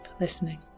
listening